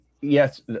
yes